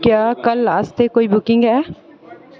क्या कल आस्तै कोई बुकिंग ऐ